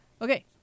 Okay